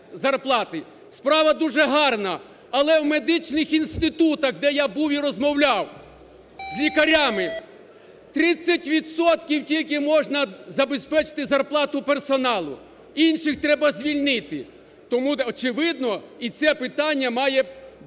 Справа дуже гарна, але в медичних інститутах, де я був і розмовляв з лікарями, 30 відсотків тільки можна забезпечити зарплату персоналу, інших треба звільнити. Тому, очевидно, і це питання має бути